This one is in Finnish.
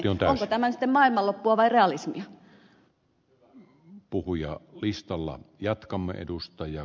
onko tämä sitten maailmanloppua vai realismia ja puhuja opistolla jatkamme edustaja